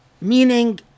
Meaning